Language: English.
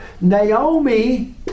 Naomi